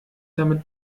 damit